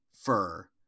fur